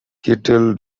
kettle